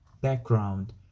background